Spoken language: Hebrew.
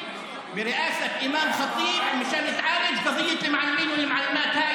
בראשות אימאן ח'טיב כדי לטפל בבעיית המורים והמורות,